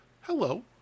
hello